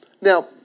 now